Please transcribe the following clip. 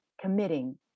committing